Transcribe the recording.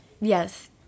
yes